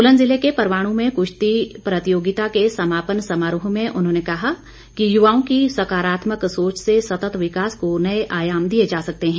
सोलन जिले के परवाणू में कृश्ती प्रतियोगिता के समापन समारोह में उन्होंने कहा कि युवाओं की सकारात्मक सोच से सतत विकास को नए आयाम दिए जा सकते हैं